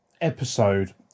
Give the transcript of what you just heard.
episode